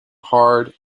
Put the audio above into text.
hard